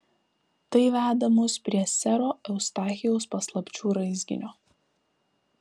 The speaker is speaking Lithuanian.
tai veda mus prie sero eustachijaus paslapčių raizginio